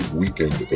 weekend